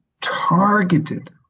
targeted